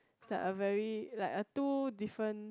is like a very like a two different